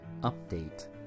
update